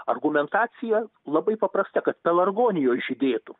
argumentacija labai paprasta kad pelargonijos žydėtų